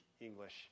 English